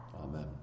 Amen